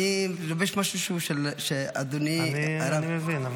אני לובש משהו שאדוני -- אני מבין.